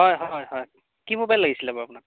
হয় হয় হয় কি মোবাইল লাগিছিলে বাৰু আপোনাক